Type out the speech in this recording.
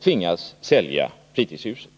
tvingas sälja fritidshuset.